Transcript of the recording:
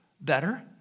better